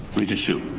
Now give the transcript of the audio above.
regent hsu.